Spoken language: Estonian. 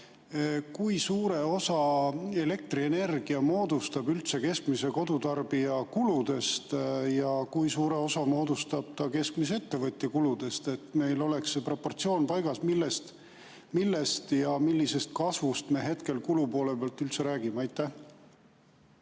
kui suure osa elektrienergia moodustab üldse keskmise kodutarbija kuludest ja kui suure osa moodustab ta keskmise ettevõtja kuludest? Et meil oleks see proportsioon paigas, millest ja millisest kasvust me hetkel kulupoole peal üldse räägime. Aitäh,